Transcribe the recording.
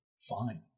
fine